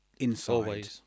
inside